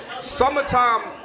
Summertime